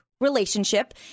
relationship